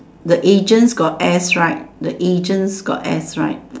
the agents got S right the agents got S right